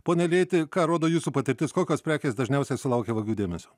pone iljeiti ką rodo jūsų patirtis kokios prekės dažniausiai sulaukia vagių dėmesio